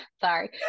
sorry